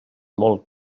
molt